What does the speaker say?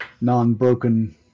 non-broken